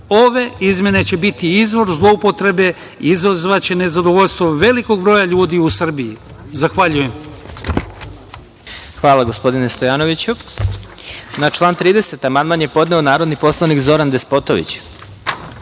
Ove izmene će biti izvor zloupotrebe i izazvaće nezadovoljstvo velikog broja ljudi u Srbiji. Zahvaljujem. **Vladimir Marinković** Hvala gospodine Stojanoviću. Na član 30. amandman je podneo narodni poslanik Zoran Despotović. Na